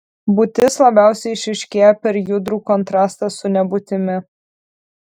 būtis labiausiai išryškėja per judrų kontrastą su nebūtimi